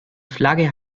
flagge